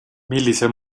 millise